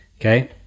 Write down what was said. okay